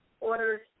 orders